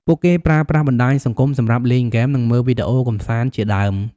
ពួកគេប្រើប្រាស់បណ្ដាញសង្គមសម្រាប់លេងហ្គេម និងមើលវីដេអូកម្សាន្តជាដើម។